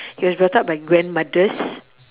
he was brought up by grandmothers